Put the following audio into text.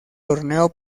torneo